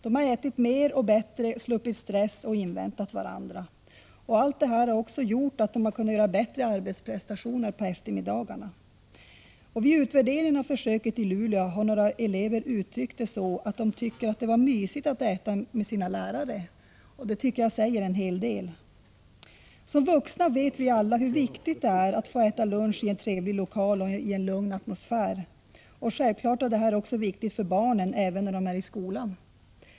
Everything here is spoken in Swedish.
De har ätit mer och bättre, sluppit stress och inväntat varandra. Allt detta har också gjort att de har kunnat göra bättre arbetsprestationer på eftermiddagarna. Vid utvärderingen av försöket i Luleå har några elever uttryckt sig så, att de tycker det har varit ”mysigt” att äta tillsammans med sina lärare — och det tycker jag säger en hel del. Som vuxna vet vi alla hur viktigt det är att få äta lunch i en trevlig lokal och i en lugn atmosfär. Självfallet är detta också viktigt för barnen, även när de är i skolan.